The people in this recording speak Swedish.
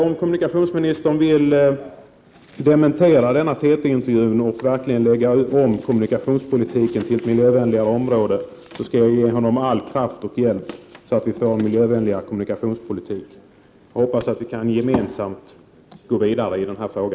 Om kommunikationsministern vill dementera denna TT-intervju och verkligen lägga om kommunikationspolitiken så att den blir mer miljövänlig, skall jag ge honom all kraft och hjälp. Jag hoppas att vi gemensamt kan gå vidare i denna fråga.